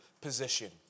position